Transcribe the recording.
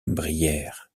brillèrent